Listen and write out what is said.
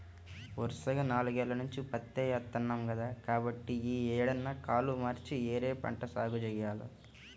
వరసగా నాలుగేల్ల నుంచి పత్తే ఏత్తన్నాం కదా, కాబట్టి యీ ఏడన్నా కాలు మార్చి వేరే పంట సాగు జెయ్యాల